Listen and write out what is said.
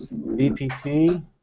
BPT